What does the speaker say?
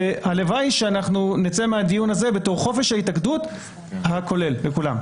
הלוואי שאנחנו נצא מהדיון הזה בתור חופש ההתאגדות הכולל לכולם.